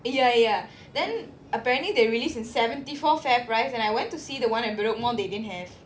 ya ya then apparently they released in seventy four fair price and I went to see the [one] at bedok mall they didn't have